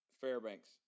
Fairbanks